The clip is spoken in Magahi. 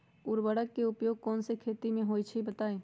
उर्वरक के उपयोग कौन कौन खेती मे होई छई बताई?